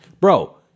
bro